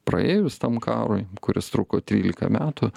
praėjus tam karui kuris truko tryliką metų